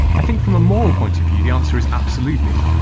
i think from a moral point of view, the answer is absolutely.